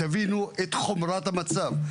תבינו את חומרת המצב.